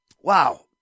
Wow